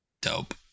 Dope